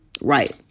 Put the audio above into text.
Right